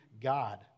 God